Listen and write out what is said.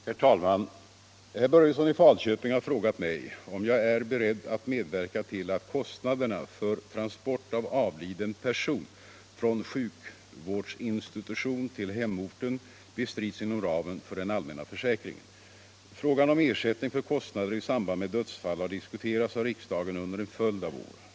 Herr talman! Herr Börjesson i Falköping har frågat mig om jag är beredd att medverka till att kostnaderna för transport av avliden person från sjukvårdsinstitution till hemorten bestrids inom ramen för den allmänna försäkringen. Frågan om ersättning för kostnader i samband med dödsfall har diskuterats av riksdagen under en följd av år.